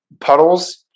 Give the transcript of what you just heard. Puddles